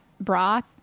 broth